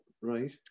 Right